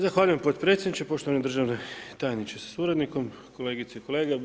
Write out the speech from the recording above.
Zahvaljujem potpredsjedniče, poštovani državni tajniče sa suradnikom, kolegice i kolege.